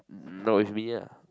not with me lah